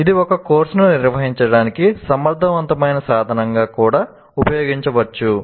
ఇది ఒక కోర్సును నిర్వహించడానికి సమర్థవంతమైన సాధనంగా కూడా ఉపయోగించవచ్చు